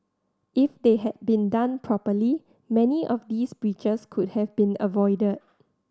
if they had been done properly many of these breaches could have been avoided